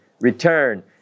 return